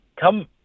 come